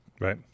Right